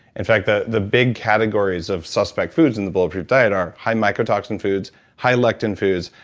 in fact, the the big categories of suspect foods in the bulletproof diet are high micro toxic foods high lectin foods,